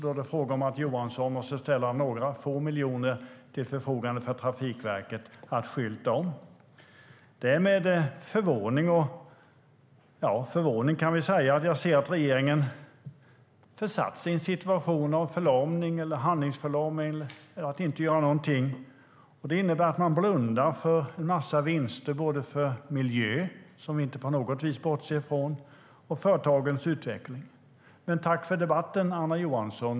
Då är det fråga om att Johansson måste ställa några få miljoner till Trafikverkets förfogande för att skylta om. Men tack för debatten, Anna Johansson!